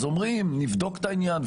אז אומרים: נבדוק את העניין,